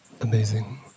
amazing